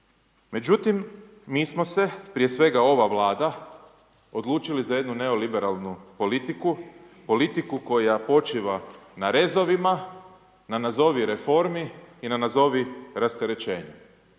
Međutim, mi smo se prije svega ova Vlada, odlučili za jednu neoliberalnu politiku, politiku koja počiva na rezovima, na nazovi reformi i na nazovi rasterećenju.